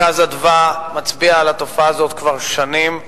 "מרכז אדוה" מצביע על התופעה הזאת כבר שנים,